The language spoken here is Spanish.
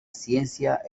ciencia